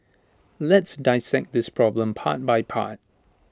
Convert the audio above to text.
let's dissect this problem part by part